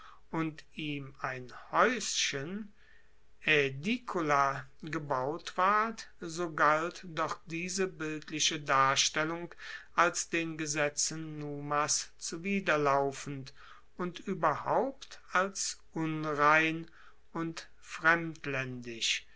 und ihm ein haeuschen aedicula gebaut ward so galt doch diese bildliche darstellung als den gesetzen numas zuwiderlaufend und ueberhaupt als unrein und